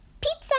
Pizza